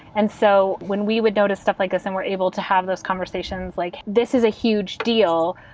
and so when we would notice stuff like this and we're able to have those conversations like this is a huge deal.